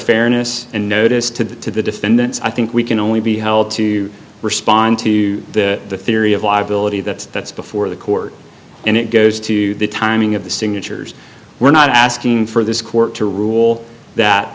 fairness and notice to the defendants i think we can only be held to respond to the theory of liability that that's before the court and it goes to the timing of the signatures we're not asking for this court to rule